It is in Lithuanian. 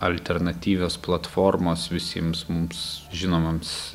alternatyvios platformos visiems mums žinomoms